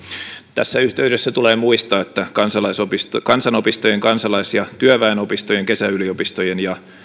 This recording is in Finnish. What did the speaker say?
tässä yhteydessä tulee muistaa että kansanopistojen kansalais ja työväenopistojen kesäyliopistojen ja